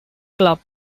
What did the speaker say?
club